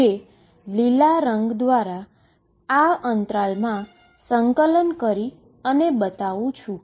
જે લીલા રંગ દ્વારા આ ઈન્ટરવલમાં ઈન્ટીગ્રેટ કરી અને બતાવું છું